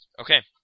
Okay